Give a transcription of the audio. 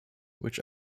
which